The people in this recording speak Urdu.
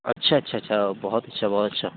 اچھا اچھا اچھا بہت اچھا بہت اچھا